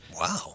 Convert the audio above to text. Wow